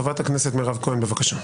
חברת הכנסת מירב כהן, בבקשה.